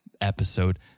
episode